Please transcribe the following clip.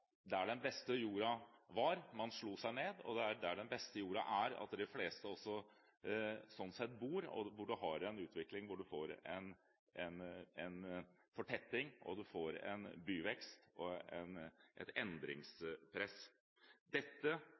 der den beste jorda var, man slo seg ned, og det er der den beste jorda er, de fleste også bor. Man har en utvikling hvor man får en fortetting, og hvor man får en byvekst og et endringspress.